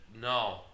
no